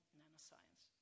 nanoscience